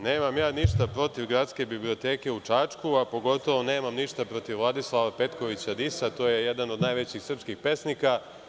Nemam ja ništa protiv Gradske biblioteke u Čačku, a pogotovo nemam ništa protiv Vladislava Petkovića Disa, to je jedan od najvećih srpskih pesnika.